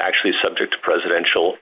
actually subject to presidential